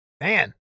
man